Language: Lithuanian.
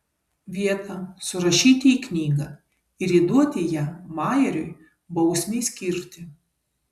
vietą surašyti į knygą ir įduoti ją majeriui bausmei skirti